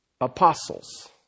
apostles